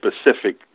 specific